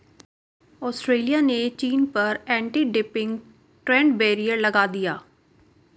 Australia ने चीन पर एंटी डंपिंग ट्रेड बैरियर लगा दिया